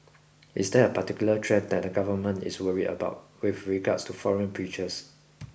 is there a particular trend that the government is worried about with regards to foreign preachers